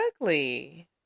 ugly